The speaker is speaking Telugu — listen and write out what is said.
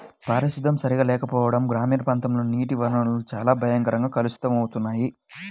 పారిశుద్ధ్యం సరిగా లేకపోవడం గ్రామీణ ప్రాంతాల్లోని నీటి వనరులు చాలా భయంకరంగా కలుషితమవుతున్నాయి